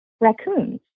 raccoons